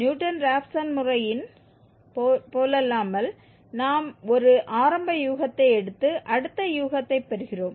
Newton Raphson முறையைப் போலல்லாமல் நாம் ஒரு ஆரம்ப யூகத்தை எடுத்து அடுத்தயூகத்தைப் பெறுகிறோம்